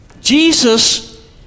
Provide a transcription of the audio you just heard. Jesus